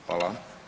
Hvala.